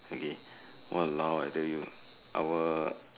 okay !walao! I tell you our